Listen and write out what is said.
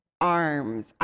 arms